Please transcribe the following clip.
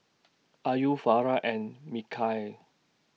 Ayu Farah and Mikhail